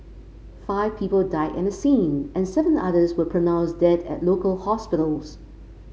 five people died at the scene and seven others were pronounced dead at local hospitals